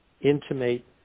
intimate